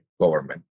government